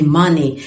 money